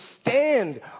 stand